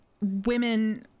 women